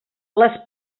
les